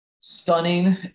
stunning